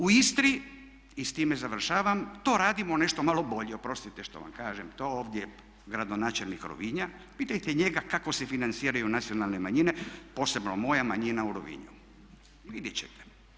U Istri, i s time završavam, to radimo nešto malo bolje, oprostite što vam kažem, to ovdje gradonačelnik Rovinja, pitajte njega kako se financiraju nacionalne manjine, posebno moja manjina u Rovinju, vidjeti ćete.